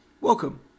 Welcome